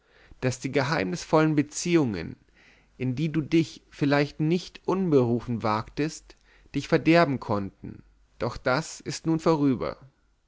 daß die geheimnisvollen beziehungen in die du dich vielleicht nicht unberufen wagtest dich verderben konnten doch das ist nun vorüber